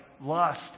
lust